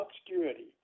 obscurity